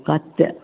कतेक